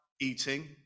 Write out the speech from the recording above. eating